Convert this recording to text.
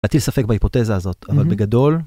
להטיל ספק בהיפותזה הזאת, אבל בגדול..